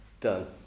done